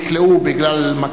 נקלעו בגלל,